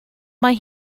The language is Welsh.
mae